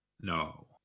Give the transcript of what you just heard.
no